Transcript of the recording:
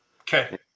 Okay